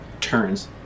turns